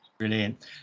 Brilliant